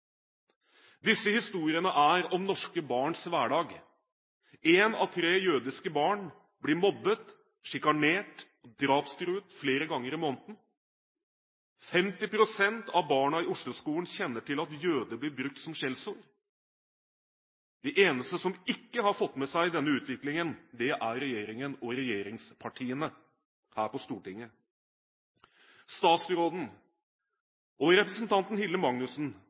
Disse historiene er om norske barns hverdag. Ett av tre jødiske barn blir mobbet, sjikanert eller drapstruet flere ganger i måneden. 50 pst. av barna i Oslo-skolen kjenner til at «jøde» blir brukt som skjellsord. De eneste som ikke har fått med seg denne utviklingen, er regjeringen og regjeringspartiene her på Stortinget. Statsråden og representanten